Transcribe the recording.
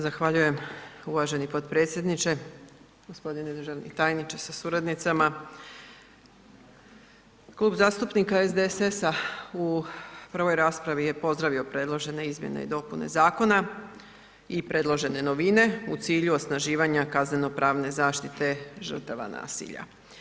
Zahvaljujem uvaženi potpredsjedniče, g. državni tajniče sa suradnicama, Klub zastupnika SDSS-a u prvoj raspravi je pozdravio predložene izmjene i dopune zakona i predložene novine u cilju osnaživanja kaznenopravne zaštite žrtava nasilja.